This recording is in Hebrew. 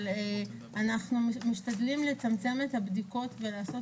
אבל אנחנו משתדלים לצמצם את הבדיקות ולעשות